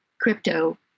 crypto